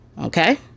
Okay